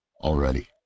Already